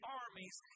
armies